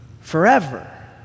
forever